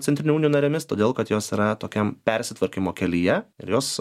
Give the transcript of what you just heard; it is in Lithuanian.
centrinių unijų narėmis todėl kad jos yra tokiam persitvarkymo kelyje ir jos